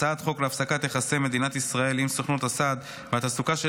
הצעת חוק להפסקת יחסי מדינת ישראל עם סוכנות הסעד והתעסוקה של